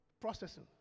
Processing